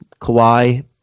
Kawhi